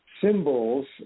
symbols